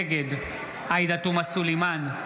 נגד עאידה תומא סלימאן,